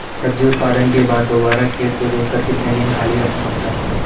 सब्जी उत्पादन के बाद दोबारा खेत को जोतकर कितने दिन खाली रखना होता है?